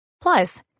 plus